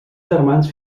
germans